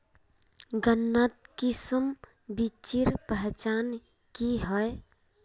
गन्नात किसम बिच्चिर पहचान की होय?